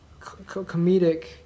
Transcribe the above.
comedic